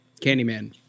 Candyman